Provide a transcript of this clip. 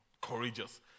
courageous